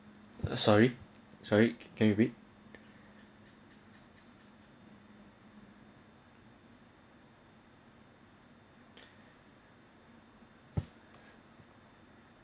uh sorry sorry david